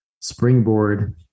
Springboard